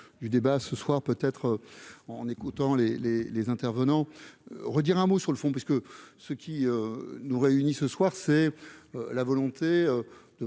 du débat ce soir, peut-être en écoutant les, les, les intervenants redire un mot sur le fond, parce que ce qui nous réunit, ce soir, c'est la volonté